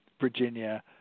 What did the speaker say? Virginia